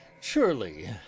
Surely